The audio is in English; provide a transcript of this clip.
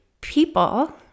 people